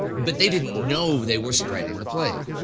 but they didn't know they were spreading the plague,